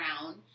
brown